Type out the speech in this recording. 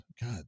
God